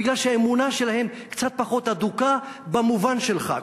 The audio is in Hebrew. בגלל שהאמונה שלהם קצת פחות אדוקה במובן שלך,